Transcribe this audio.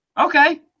Okay